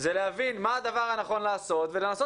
הוא להבין מה הדבר הנכון לעשות ולנסות